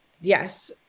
Yes